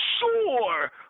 sure